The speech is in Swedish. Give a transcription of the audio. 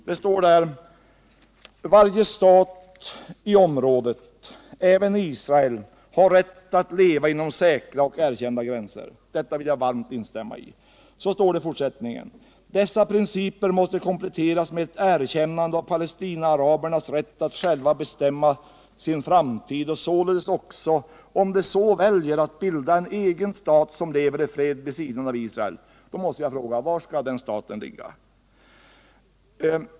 Det står där: ” Varje stat i området, även Israel, har rätt att leva inom säkra och erkända gränser.” Detta vill jag varmt instämma i. I fortsättningen anförs: ”Dessa principer måste kompletteras med ett erkännande av palestinaarabernas rätt att själva bestämma sin framtid och således också, om de så väljer, att bilda en egen stat som lever i fred vid sidan av Israel.” Då måste jag fråga: Var skall den staten ligga?